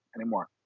anymore